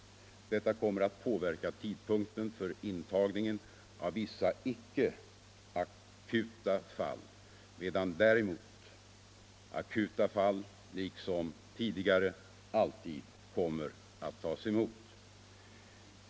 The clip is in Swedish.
Detta kommer att påverka tidpunkten för intagningen av vissa icke akuta fall, medan däremot akuta fall liksom tidigare alltid kommer att tas emot direkt.